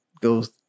goes